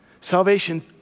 Salvation